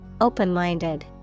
open-minded